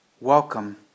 welcome